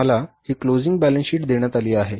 आम्हाला ही closing balance sheet देण्यात आली आहे